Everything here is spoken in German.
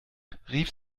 rief